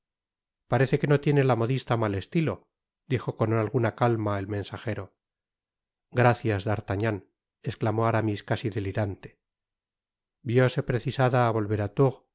parece que no tiene la modista mal estilo dijo con alguna calma el mensajero gracias d'artagnan esclamó aramis casi delirante vióse precisada á